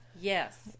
Yes